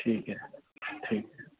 ਠੀਕ ਹੈ ਠੀਕ